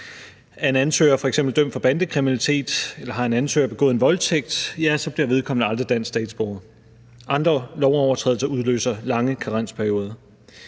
Er en ansøger f.eks. dømt for bandekriminalitet, eller har en ansøger begået en voldtægt, ja, så bliver vedkommende aldrig dansk statsborger. Andre lovovertrædelser udløser lange karensperioder.